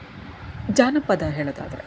ಜಾನಪದ ಹೇಳೊದಾದ್ರೆ